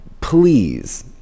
please